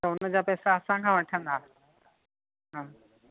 त उनजा पैसा असांखां वठंदा हा